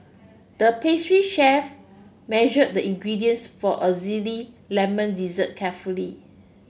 the pastry chef measured the ingredients for a zesty lemon dessert carefully